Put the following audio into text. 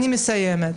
אני מסיימת.